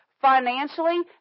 financially